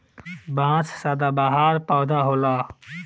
बांस सदाबहार पौधा होला